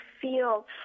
feel